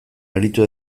aritu